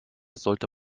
sollte